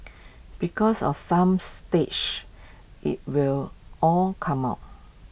because of some stage IT will all come out